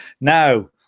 now